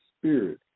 spirit